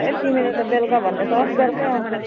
ए तिमीले त बेलुका भन्दैछौ होस् बेलुकै आउँछु